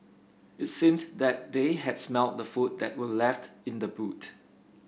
it seemed that they had smelt the food that were left in the boot